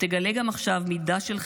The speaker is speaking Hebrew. -- ותגלה גם עכשיו מידה של חמלה,